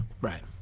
right